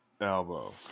Elbow